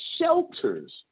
shelters